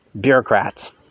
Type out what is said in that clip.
bureaucrats